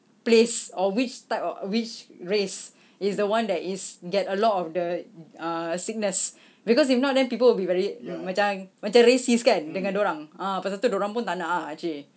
place or which type of which race is the one that is get a lot of the uh sickness because if not then people will be very macam macam racist kan dengan dia orang ah pasal tu dia orang pun tak nak ah actually